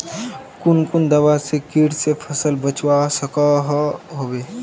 कुन कुन दवा से किट से फसल बचवा सकोहो होबे?